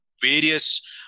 various